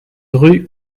rue